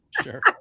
sure